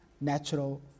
Natural